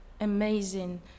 amazing